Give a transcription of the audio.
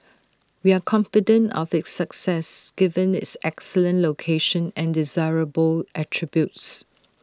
we are confident of its success given its excellent location and desirable attributes